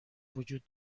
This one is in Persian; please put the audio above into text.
وجود